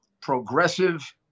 progressive